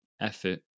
effort